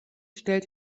stellt